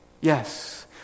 Yes